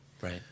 Right